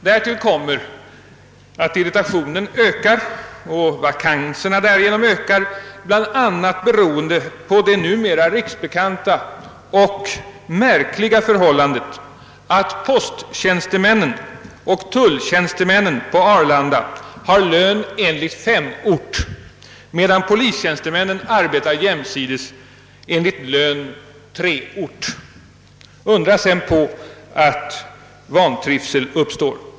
Därtill kommer att irritationen stiger — vilket i sin tur medför en ökning av vakanserna — bland annat på grund av det numera riksbekanta och märkliga förhållandet att posttjänstemän och tulltjänstemän på Arlanda har lön enligt ortsgrupp V, medan polistjänstemän arbetar jämsides med lön enligt ortsgrupp III. Undra sedan på att vantrivsel uppstår!